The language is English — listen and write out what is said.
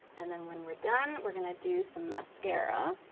and then when we're done, we're gonna do some mascara,